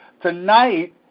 Tonight